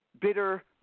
Bitter